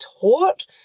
taught